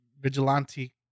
Vigilante